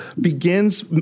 begins